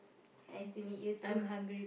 nice to meet you too